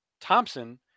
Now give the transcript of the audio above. Thompson